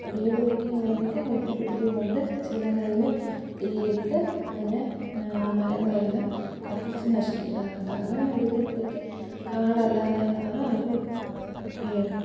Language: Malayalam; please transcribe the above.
വീടുവയ്ക്കാൻ വേണ്ടിയിട്ട് വെട്ടിപ്പിടിക്കുന്നുണ്ട് ചിലരതിനെ തീയിട്ട് അതിനെ മരങ്ങളെല്ലാം കത്തിച്ച് നശിപ്പിക്കാറുണ്ട് അങ്ങനെ വരുമ്പോഴത്തേക്ക് കാടല്ലാതായി മാറും അവര് കയ്യടക്കും